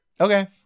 Okay